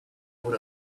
would